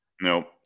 Nope